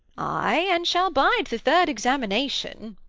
ay, and shall bide the third examination.